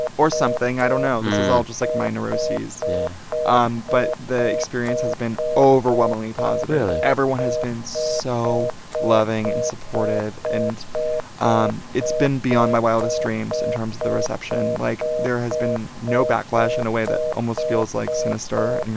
or something. i don't know. this was all just, like, my neuroses yeah um but the experience has been overwhelmingly positive really? everyone has been so loving and supportive. and um it's been beyond my wildest dreams in terms of the reception. like, there has been no backlash in a way that almost feels, like, sinister, and